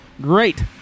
Great